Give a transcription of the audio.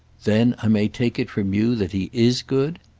then i may take it from you that he is good?